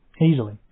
Easily